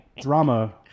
drama